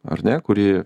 ar ne kuri